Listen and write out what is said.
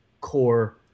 core